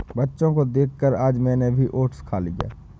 बच्चों को देखकर आज मैंने भी ओट्स खा लिया